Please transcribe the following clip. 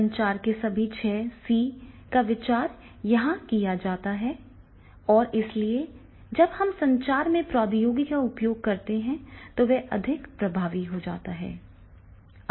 संचार के सभी छह सी का संचार यहां किया जाएगा और इसलिए जब हम संचार में प्रौद्योगिकी का उपयोग करते हैं तो यह अधिक प्रभावी हो जाता है